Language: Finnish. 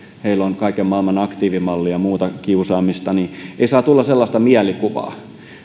on kaiken maailman aktiivimallia ja muuta kiusaamista ei siis saa tulla sellaista mielikuvaa